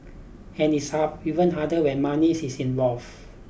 and it's hard even harder when money is involved